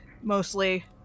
mostly